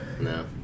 no